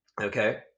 Okay